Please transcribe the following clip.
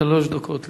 שלוש דקות לרשותך.